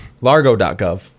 Largo.gov